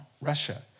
Russia